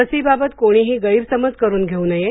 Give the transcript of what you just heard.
लसीबाबत कोणीही गैरसमज करून घेऊ नये